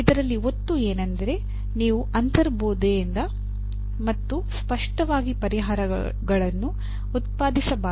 ಇದರಲ್ಲಿ ಒತ್ತು ಏನೆಂದರೆ ನೀವು ಅಂತರ್ಬೋಧೆಯಿಂದ ಮತ್ತು ಸ್ಪಷ್ಟವಾಗಿ ಪರಿಹಾರಗಳನ್ನು ಉತ್ಪಾದಿಸಬಾರದು